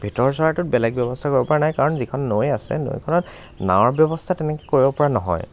ভিতৰ চৰাটোত বেলেগ ব্য়ৱস্থাৰ দৰকাৰ নাই কাৰণ যিখন নৈ আছে নৈখনত নাৱৰ ব্য়ৱস্থা তেনেকৈ কৰিব পৰা নহয়